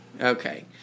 Okay